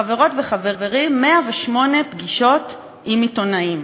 חברות וחברים, 108 פגישות עם עיתונאים,